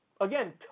Again